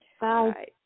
Bye